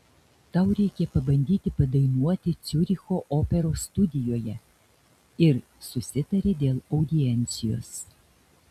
tau reikia pabandyti padainuoti ciuricho operos studijoje ir susitarė dėl audiencijos